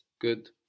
Good